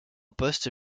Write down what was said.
poste